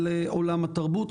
על עולם התרבות.